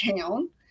town